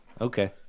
Okay